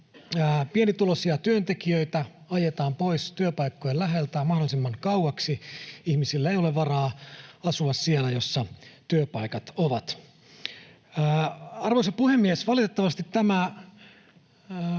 pienituloisia työntekijöitä, ajetaan pois työpaikkojen läheltä mahdollisimman kau-aksi, ihmisillä ei ole varaa asua siellä, missä työpaikat ovat. Arvoisa puhemies! Valitettavasti tämä